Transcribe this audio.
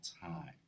time